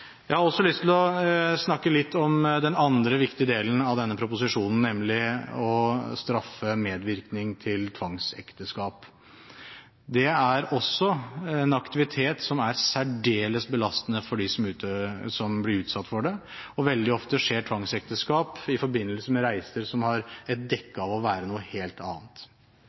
Jeg har også lyst til å snakke litt om den andre viktige delen av denne proposisjonen, nemlig å straffe medvirkning til tvangsekteskap. Det er også en aktivitet som er særdeles belastende for dem som blir utsatt for det. Veldig ofte skjer tvangsekteskap i forbindelse med reiser som har et dekke av å være noe helt annet.